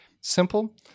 simple